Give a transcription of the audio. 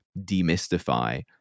demystify